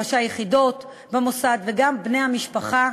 ראשי היחידות במוסד וגם בני המשפחה,